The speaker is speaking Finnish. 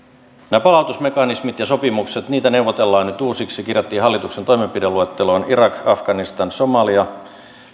nämä palautusmekanismit ja sopimukset niitä neuvotellaan nyt uusiksi kirjattiin hallituksen toimenpideluetteloon irak afganistan somalia